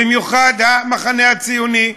במיוחד המחנה הציוני.